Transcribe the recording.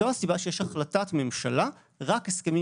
זו הסיבה שיש החלטת ממשלה שרק הסכמים